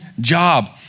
job